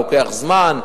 לוקח זמן,